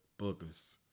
Boogers